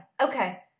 Okay